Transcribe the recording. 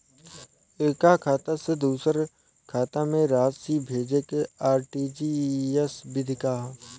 एकह खाता से दूसर खाता में राशि भेजेके आर.टी.जी.एस विधि का ह?